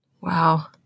Wow